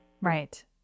Right